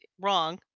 wrong